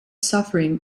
suffering